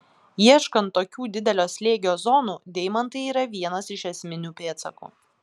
ieškant tokių didelio slėgio zonų deimantai yra vienas iš esminių pėdsakų